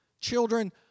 Children